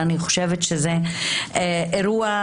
אני חושבת שזה אירוע